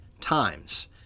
times